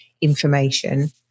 information